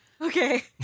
Okay